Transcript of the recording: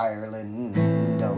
Ireland